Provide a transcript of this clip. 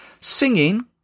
singing